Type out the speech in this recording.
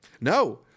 No